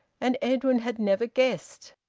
and edwin had never guessed,